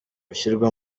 ushyirwa